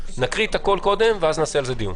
נקריא קודם את הכול, ואז נקיים על זה דיון.